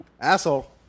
Asshole